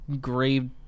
Grave